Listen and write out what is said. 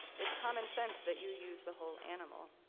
it's common sense that you use the whole animal.